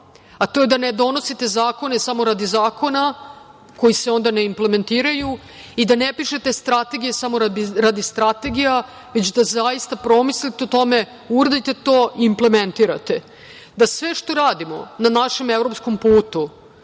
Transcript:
To je da ne donosite zakone samo radi zakona koji se onda ne implementiraju i da ne pišete strategije samo radi strategija, već da promislite o tome, uradite to i implementirate. Da sve što radimo na našem evropskom putu